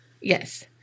Yes